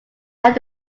left